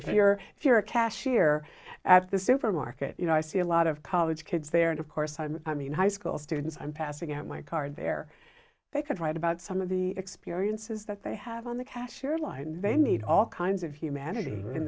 if you're if you're a cashier at the supermarket you know i see a lot of college kids there and of course i'm i mean high school students i'm passing out my card they're they could write about some of the experiences that they have on the cashier line they need all kinds of humanity in